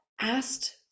asked